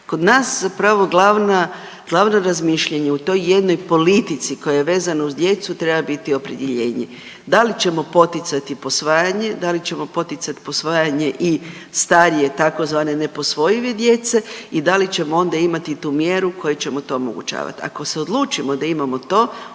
Kod nas zapravo glavna, glavno razmišljanje u toj jednoj politici koja je vezana za djecu treba biti opredjeljenje. Da li ćemo poticati posvajanje, da li ćemo poticati posvajanje i starije tzv. neposvojive djece i da li ćemo onda imati tu mjeru koja će nam to omogućavat? Ako se odlučimo da imamo to